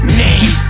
name